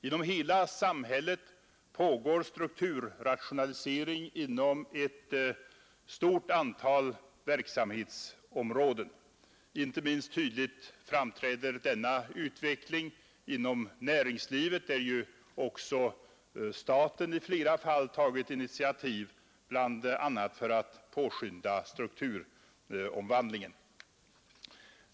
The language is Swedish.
Inom hela samhället pågår strukturrationalisering på ett stort antal verksamhetsområden. Inte minst tydligt framträder denna utveckling inom näringslivet, där ju också staten i flera fall tagit initiativ för att påskynda strukturomvandlingen.